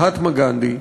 מהטמה גנדי,